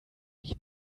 ich